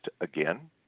again